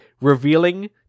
revealing